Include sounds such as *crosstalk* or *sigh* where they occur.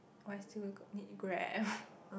why still got need Grab *breath*